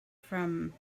from